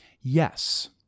Yes